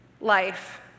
life